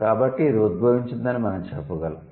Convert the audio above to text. కాబట్టి ఇది ఉద్భవించిందని మనం చెప్పగలం